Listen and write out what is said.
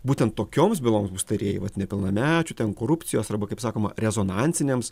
būtent tokioms byloms bus tarėjai vat nepilnamečių ten korupcijos arba kaip sakoma rezonansiniams